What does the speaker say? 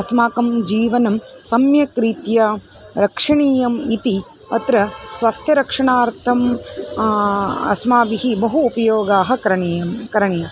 अस्माकं जीवनं सम्यक् रीत्या रक्षणीयम् इति अत्र स्वास्थ्यरक्षणार्थम् अस्माभिः बहु उपयोगः करणीयः करणीयः